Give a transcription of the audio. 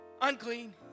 unclean